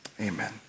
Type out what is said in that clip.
Amen